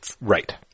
Right